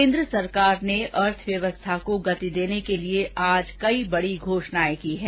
केन्द्र सरकार ने अर्थव्यवस्था को गति देने के लिए आज कई बड़ी घोषणाएं की हैं